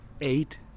Eight